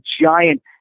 giant